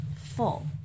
full